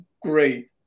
great